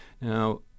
Now